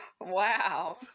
Wow